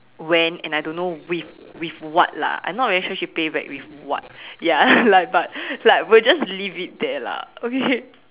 when and I don't know with with what lah I'm not very sure she pay back with what ya like but like we'll just leave it there lah okay